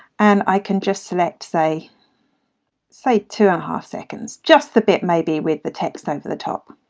and i can just select say say two and a half seconds, just the bit maybe with the text over the top.